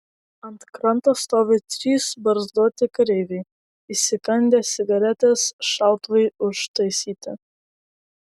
ant kranto stovi trys barzdoti kareiviai įsikandę cigaretes šautuvai užtaisyti